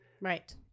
Right